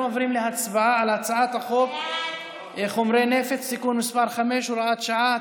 אנחנו עוברים להצבעה על הצעת חוק חומרי נפץ (תיקון מס' 5 והוראת שעה),